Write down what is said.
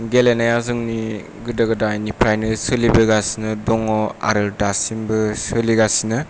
गेलेनाया जोंनि गोदो गोदायनिफ्रायनो सोलिबोगासिनो दङ आरो दासिमबो सोलिगासिनो